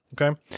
Okay